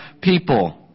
people